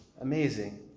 Amazing